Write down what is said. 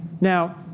Now